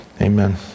amen